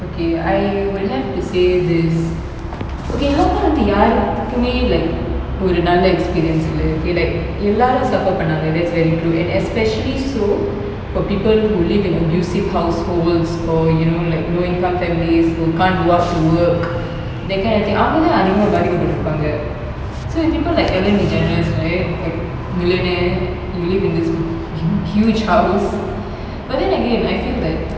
okay I would have to say this okay lockdown வந்து யாருக்குமே like ஒரு நல்ல:oru nalla experience இல்ல:illa okay like எல்லாரும் சபர் பண்ணாங்க:ellarum suffer pannanga that's very true and especially so for people who live in abusive households or you know like low income families who can't go out to work that kind of thing அவங்க தான் அதிகமா பாதிக்க பட்டுருப்பாங்க:avanga thaan adhigama paathika paturupaanga so when people like ellen degeneres right like millionaire you live in this b~ h~ huge house but then again I feel that